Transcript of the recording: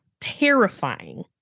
terrifying